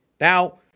Now